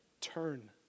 Turn